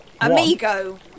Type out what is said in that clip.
Amigo